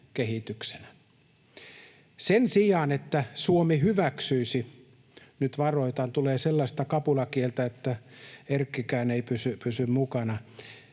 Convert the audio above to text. Sen sijaan, että Suomi hyväksyisi — nyt varoitan: tulee sellaista kapulakieltä, että erkkikään ei pysy mukana